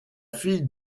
fille